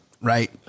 right